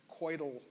coital